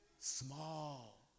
small